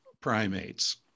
primates